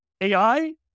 AI